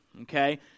okay